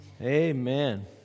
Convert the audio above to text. Amen